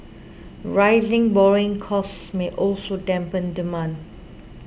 rising borrowing costs may also dampen demand